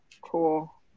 cool